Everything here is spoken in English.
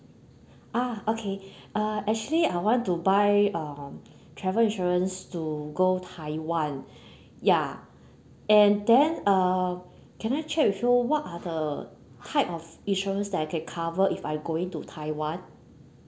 ah okay uh actually I want to buy um travel insurance to go taiwan ya and then uh can I check with you what are the type of insurance that I can cover if I going to taiwan